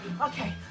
Okay